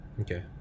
Okay